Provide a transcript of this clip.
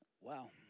Wow